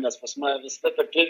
nes pas mane visada tokie